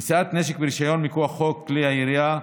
נשיאת נשק ברישיון מכוח חוק כלי הירייה,